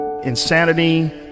insanity